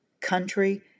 country